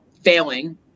failing